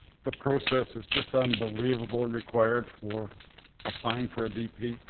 the process is just unbelievable required for applying for a d p.